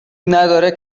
نداره